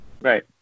Right